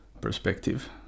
perspective